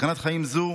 בסכנת חיים זו